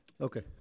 Okay